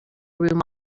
room